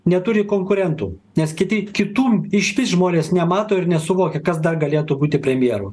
neturi konkurentų nes kiti kitų išvis žmonės nemato ir nesuvokia kas dar galėtų būti premjeru